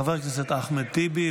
חבר הכנסת אחמד טיבי,